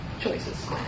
choices